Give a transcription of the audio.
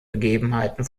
begebenheiten